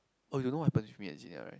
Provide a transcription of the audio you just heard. oh you know what happened with me and Gina right